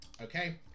Okay